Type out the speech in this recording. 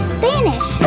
Spanish